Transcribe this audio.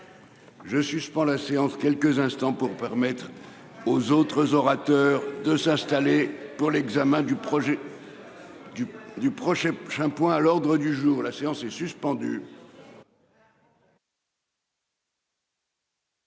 Je suspends la séance quelques instants pour permettre aux autres orateurs de s'installer pour l'examen du projet. Du du projet. Un point à l'ordre du jour, la séance est suspendue.